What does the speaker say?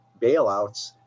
bailouts